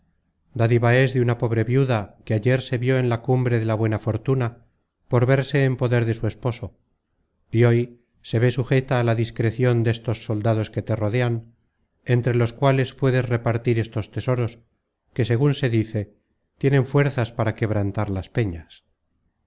dádiva es de una pobre viuda que ayer se vió en la cumbre de la buena fortuna por verse en poder de su esposo y hoy se ve sujeta a la discrecion destos soldados que te rodean entre los cuales puedes repartir estos tesoros que segun se dice tienen fuerzas para quebrantar las peñas